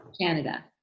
Canada